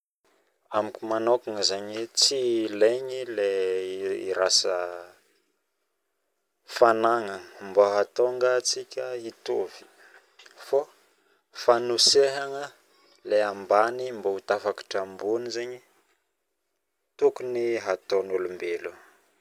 Amiko manaoka zagny lay irasa fanagnana mba hatonga tsika hitovy fao fanosehagna lay Ambany mbao ho tafakatra ambony zaigny tokony ataonolombelogno